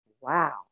wow